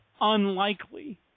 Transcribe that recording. unlikely